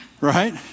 right